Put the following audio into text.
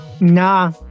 Nah